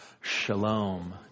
shalom